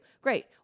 Great